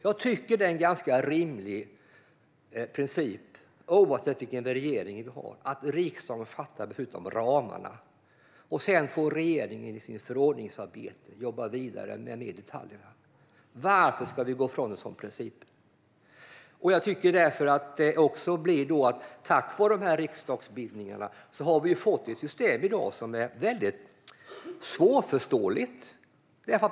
Oavsett vilken regering vi har tycker jag att det är en rimlig princip att riksdagen fattar beslut om ramarna. Sedan får regeringen i sitt förordningsarbete jobba vidare med detaljerna. Varför ska vi gå ifrån en sådan princip? På grund av riksdagsbindningarna har vi i dag fått ett system som är väldigt svårförståeligt.